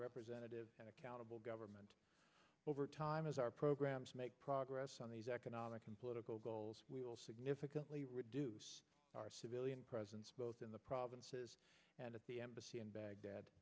representative accountable government over time as our programs make progress on these economic and political goals we will significantly reduce our civilian presence both in the provinces and at the embassy in baghdad